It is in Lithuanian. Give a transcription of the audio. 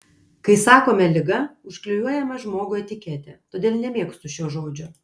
kai sakome liga užklijuojame žmogui etiketę todėl nemėgstu šio žodžio